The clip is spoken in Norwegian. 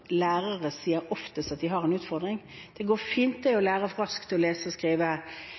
lærere oftest sier at de har en utfordring med. Det går fint å lære mange elever raskt å lese og skrive